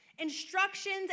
instructions